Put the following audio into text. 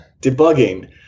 debugging